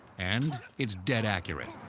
and it's dead accurate.